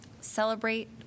celebrate